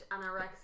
anorexia